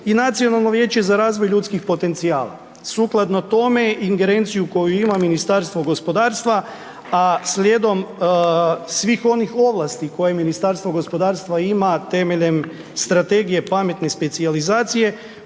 i nacionalno vijeće za razvoj ljudskih potencijala. Sukladno tome ingerenciju koju imam Ministarstvo gospodarstva, a slijedom svih onih ovlasti koje Ministarstvo gospodarstva ima temeljem strategije pametne specijalizacije